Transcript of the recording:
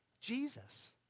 Jesus